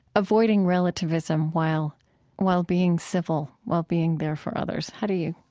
avoiding relativism while while being civil, while being there for others? how do you?